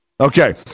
Okay